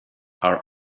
our